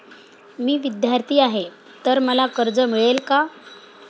मी विद्यार्थी आहे तर मला कर्ज मिळेल का?